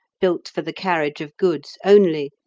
built for the carriage of goods only,